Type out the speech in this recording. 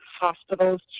hospitals